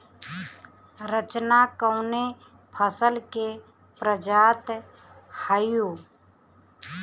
रचना कवने फसल के प्रजाति हयुए?